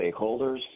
stakeholders